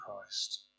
Christ